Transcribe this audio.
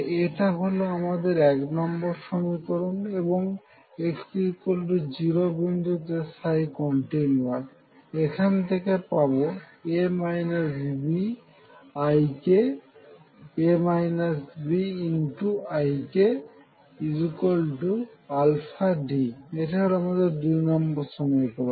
এটা হল আমাদের এক নম্বর সমীকরণ এবং x0 বিন্দুতে কন্টিনিউয়াস এখান থেকে পাবো A Bik αD এটা হলো আমাদের দুই নম্বর সমীকরণ